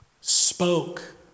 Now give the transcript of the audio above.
spoke